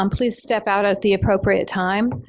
um please step out at the appropriate time.